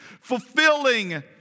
Fulfilling